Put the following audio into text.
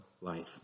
life